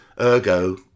ergo